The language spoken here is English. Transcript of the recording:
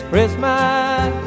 Christmas